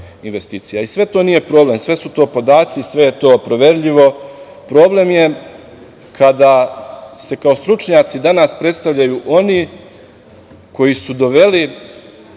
to nije problem, sve su to podaci, sve je to proverljivo, problem je kada se kao stručnjaci danas predstavljaju oni koji su doveli